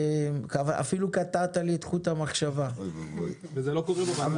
אשר, קטעת לי את חוט המחשבה, אתה מפריע לי.